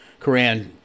Quran